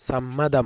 സമ്മതം